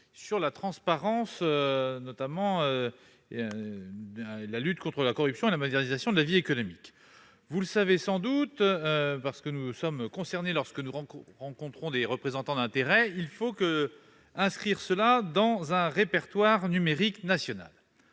à la transparence, à la lutte contre la corruption et à la modernisation de la vie économique. Vous le savez sans doute, lorsque nous rencontrons des représentants d'intérêts, il faut l'inscrire dans un répertoire numérique national.